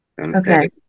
Okay